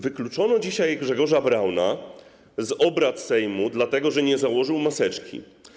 Wykluczono dzisiaj Grzegorza Brauna z obrad Sejmu, dlatego że nie założył maseczki.